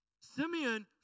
Simeon